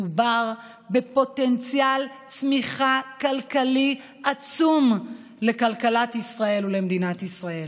מדובר בפוטנציאל צמיחה כלכלי עצום לכלכלת ישראל ומדינת ישראל.